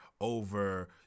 over